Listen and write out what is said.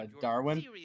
Darwin